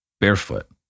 barefoot